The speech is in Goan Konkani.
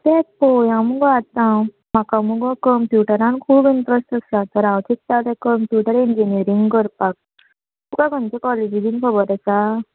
तेंत पोवया मुगो आतां म्हाका मुगो कंप्युटरान खूब इंट्रस्ट आसा तर हांव चित्ता तें कंप्युटर इंजिनियरींग करपाक तुका खंयचे कॉलेजी बीन खबर आसा